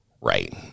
Right